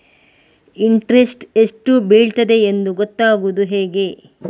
Interest ಎಷ್ಟು ಬೀಳ್ತದೆಯೆಂದು ಗೊತ್ತಾಗೂದು ಹೇಗೆ?